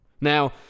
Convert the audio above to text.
Now